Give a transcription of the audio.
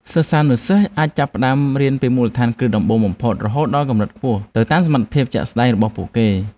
សិស្សានុសិស្សអាចចាប់ផ្តើមរៀនពីមូលដ្ឋានគ្រឹះដំបូងបំផុតរហូតដល់កម្រិតខ្ពស់ទៅតាមសមត្ថភាពជាក់ស្តែងរបស់ពួកគេ។